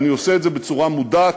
ואני עושה את זה בצורה מודעת.